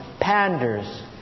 panders